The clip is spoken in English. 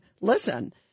listen